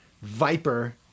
viper